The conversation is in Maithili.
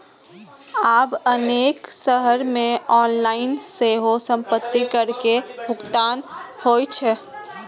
आब अनेक शहर मे ऑनलाइन सेहो संपत्ति कर के भुगतान होइ छै